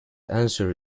answer